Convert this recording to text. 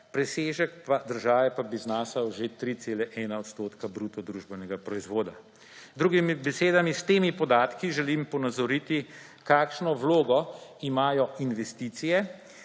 presežek države pa bi znašal že 3,1 odstotka bruto družbenega proizvoda. Z drugimi besedami, s temi podatki želim ponazoriti, kakšno vlogo imajo investicije,